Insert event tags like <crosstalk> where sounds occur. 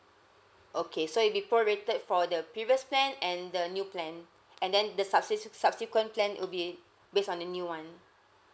okay so it'll be prorated for the previous plan and the new plan <breath> and then the subsis~ subsequent plan it will be based on the new one